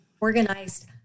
organized